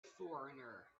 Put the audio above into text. foreigner